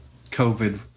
COVID